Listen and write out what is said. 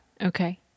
Okay